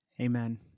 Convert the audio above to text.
Amen